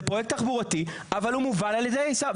זה פרויקט תחבורתי, אבל הוא מובל על ידי השר.